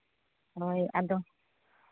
ᱦᱳᱭ ᱟᱫᱚ